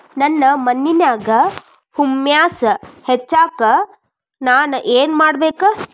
ನನ್ನ ಮಣ್ಣಿನ್ಯಾಗ್ ಹುಮ್ಯೂಸ್ ಹೆಚ್ಚಾಕ್ ನಾನ್ ಏನು ಮಾಡ್ಬೇಕ್?